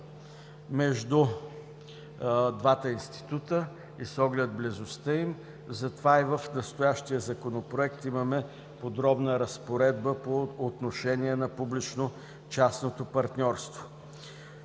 между двата института и близостта им, затова и в настоящия Законопроект имаме подробна разпоредба по отношение на публично-частното партньорство.